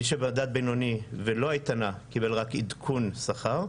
מי שבמדד בינוני ולא איתנה, קיבל רק עדכון שכר.